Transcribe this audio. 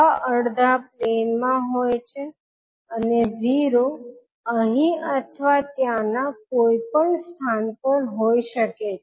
આને કારણે 𝐻𝑠 અનસ્ટેબલ રહેશે તેથી આ સિસ્ટમ ના સ્ટેબલ થવા માટે પ્રથમ આવશ્યકતા એ છે કે 𝑁𝑠 ની ડિગ્રી 𝐷𝑠 ની ડિગ્રી કરતા ઓછી હોવી જોઈએ